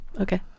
okay